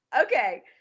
Okay